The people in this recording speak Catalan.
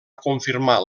confirmar